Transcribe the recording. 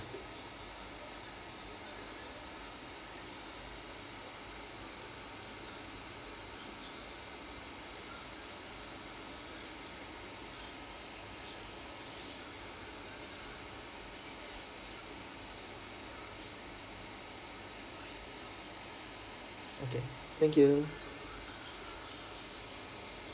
okay thank you